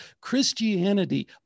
Christianity